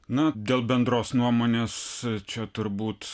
na dėl bendros nuomonės čia turbūt